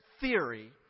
theory